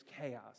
chaos